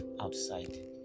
outside